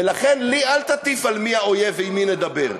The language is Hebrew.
ולכן, לי אל תטיף מי האויב ועם מי לדבר.